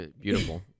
Beautiful